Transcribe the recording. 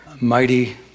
Mighty